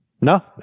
No